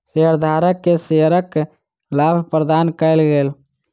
शेयरधारक के शेयरक लाभ प्रदान कयल गेल